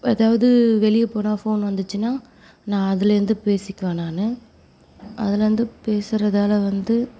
எதாவது வெளியே போனால் ஃபோன் வந்துச்சுன்னா நான் அதுலேருந்து பேசிக்குவேன் நான் அதுலேருந்து பேசுகிறதால வந்து